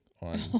on